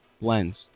blends